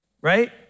right